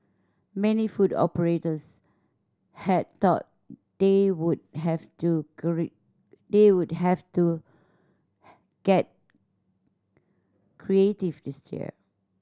many food operators had thought they would have to they would have to get creative this year